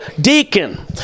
deacon